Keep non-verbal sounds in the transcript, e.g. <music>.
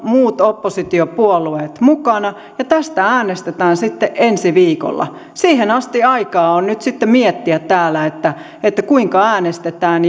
muut oppositiopuolueet mukana ja tästä äänestetään ensi viikolla siihen asti aikaa on nyt miettiä täällä kuinka äänestetään <unintelligible>